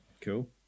Cool